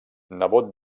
nebot